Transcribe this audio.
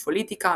ופוליטיקה,